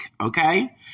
okay